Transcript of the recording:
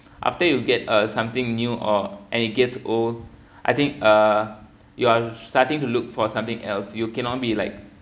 after you get uh something new or and it gets old I think uh you are starting to look for something else you cannot be like